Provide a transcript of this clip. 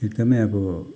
एकदमै अब